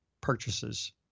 purchases